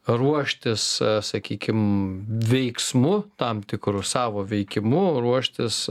ruoštis sakykim veiksmu tam tikru savo veikimu ruoštis